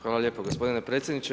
Hvala lijepa gospodine predsjedniče.